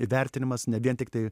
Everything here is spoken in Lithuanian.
įvertinimas ne vien tiktai